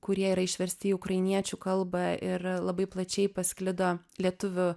kurie yra išversti į ukrainiečių kalbą ir labai plačiai pasklido lietuvių